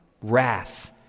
Wrath